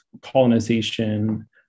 colonization